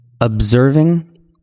observing